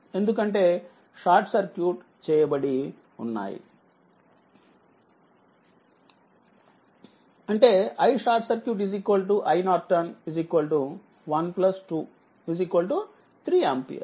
ఎందుకంటేషార్ట్ circuit చేయబడి ఉన్నాయి అంటే iSCIN123ఆంపియర్